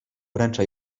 wręcza